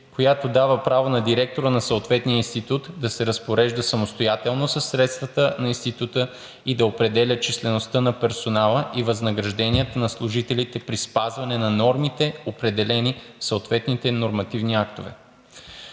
която дава право на директора на съответния институт да се разпорежда самостоятелно със средствата на института и да определя числеността на персонала и възнаграждението на служителите при спазване на нормите, определени в съответните нормативни актове.